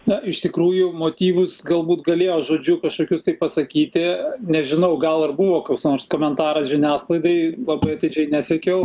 na iš tikrųjų motyvus galbūt galėjo žodžiu kažkokius tai pasakyti nežinau gal ir buvo koks nors komentaras žiniasklaidai labai atidžiai nesekiau